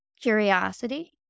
Curiosity